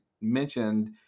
mentioned